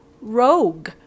Rogue